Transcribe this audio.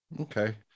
Okay